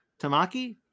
Tamaki